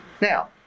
Now